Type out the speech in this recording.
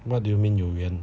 what do you mean 有缘